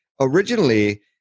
originally